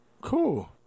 cool